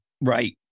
right